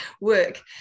work